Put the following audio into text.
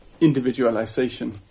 individualization